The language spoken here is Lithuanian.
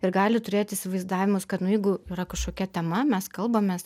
ir gali turėt įsivaizdavimus kad nu jeigu yra kažkokia tema mes kalbamės